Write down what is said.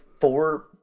four